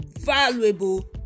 valuable